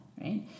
right